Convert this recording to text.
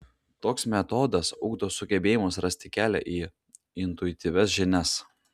toks metodas ugdo sugebėjimus rasti kelią į intuityvias žinias